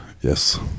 Yes